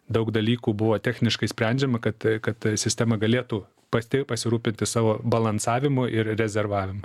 daug dalykų buvo techniškai sprendžiama kad kad sistema galėtų pati pasirūpinti savo balansavimu ir rezervavimu